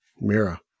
Mira